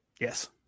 Yes